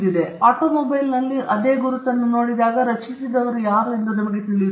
ನಾವು ಆಟೋಮೊಬೈಲ್ನಲ್ಲಿ ಒಂದೇ ಗುರುತು ನೋಡಿದಾಗ ಅದನ್ನು ರಚಿಸಿದವರು ನಮಗೆ ತಿಳಿದಿದ್ದಾರೆ